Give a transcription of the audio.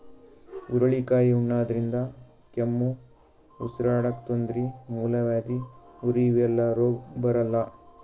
ಹುರಳಿಕಾಯಿ ಉಣಾದ್ರಿನ್ದ ಕೆಮ್ಮ್, ಉಸರಾಡಕ್ಕ್ ತೊಂದ್ರಿ, ಮೂಲವ್ಯಾಧಿ, ಉರಿ ಇವೆಲ್ಲ ರೋಗ್ ಬರಲ್ಲಾ